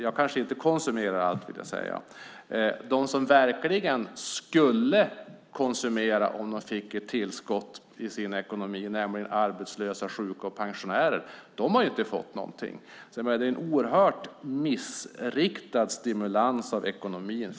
Jag kanske inte konsumerar allt. De som verkligen skulle konsumera om de fick ett tillskott i sin ekonomi, nämligen arbetslösa, sjuka och pensionärer, har inte fått någonting. Det är en oerhört missriktad stimulans av ekonomin.